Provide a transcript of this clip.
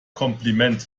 kompliment